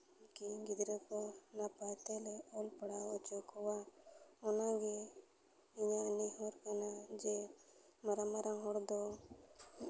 ᱠᱤ ᱜᱤᱫᱽᱨᱟᱹ ᱠᱚ ᱱᱟᱯᱟᱭ ᱛᱮᱞᱮ ᱚᱞ ᱯᱟᱲᱦᱟᱣ ᱦᱚᱪᱚ ᱠᱚᱣᱟ ᱚᱱᱟᱜᱮ ᱤᱧᱟᱹᱜ ᱱᱮᱦᱚᱨ ᱠᱟᱱᱟ ᱡᱮ ᱢᱟᱨᱟᱝ ᱢᱟᱨᱟᱝ ᱦᱚᱲ ᱫᱚ